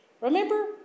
Remember